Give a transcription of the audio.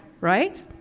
right